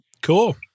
cool